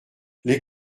les